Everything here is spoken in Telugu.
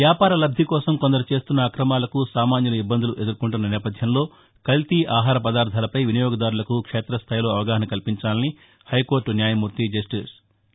వ్యాపార లబ్ది కోసం కొందరు చేస్తున్న అక్రమాలకు సామాస్యులు ఇబ్బందులు ఎదుర్కొంటున్న నేపథ్యంలో కల్తీ ఆహార పదార్గాలపై వినియోగదారులకు క్షేత స్గాయిలో అవగాహన కల్పించాలని హైకోర్లు న్యాయమూర్తి జస్టిస్ టీ